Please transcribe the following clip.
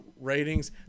ratings